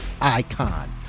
icon